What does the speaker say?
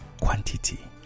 quantity